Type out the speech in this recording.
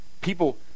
People